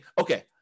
okay